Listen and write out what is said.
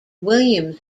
william